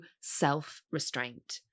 self-restraint